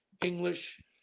English